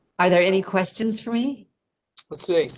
are there any questions for me let's say.